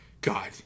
God